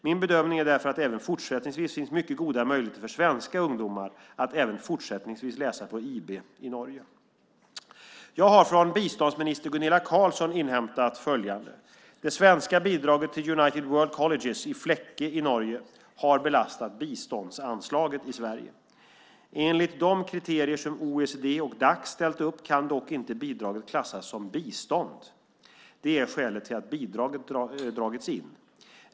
Min bedömning är därför att det även fortsättningsvis finns mycket goda möjligheter för svenska ungdomar att läsa på IB i Norge. Jag har från biståndsminister Gunilla Carlsson inhämtat följande. Det svenska bidraget till United World Colleges i Flekke i Norge har belastat biståndsanslaget i Sverige. Enligt de kriterier som OECD och Dac ställt upp kan dock inte bidraget klassas som bistånd. Det är skälet till att bidraget dragits in.